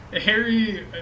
Harry